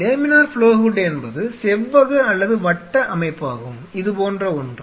laminar flow hood என்பது செவ்வக அல்லது வட்ட அமைப்பாகும் இது போன்ற ஒன்று